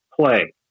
play